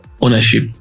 ownership